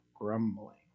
grumbling